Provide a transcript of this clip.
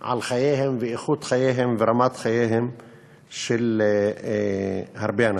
על חייהם ואיכות חייהם ורמת חייהם של הרבה אנשים.